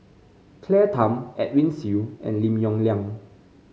Claire Tham Edwin Siew and Lim Yong Liang